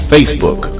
Facebook